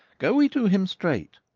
go we to him straight.